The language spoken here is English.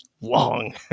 long